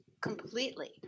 completely